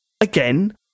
again